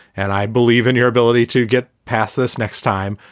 and i believe in your ability to get past this next time.